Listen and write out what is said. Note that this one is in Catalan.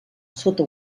sota